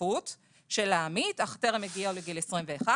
ההצטרפות של העמית אך טרם הגיעו לגיל 21,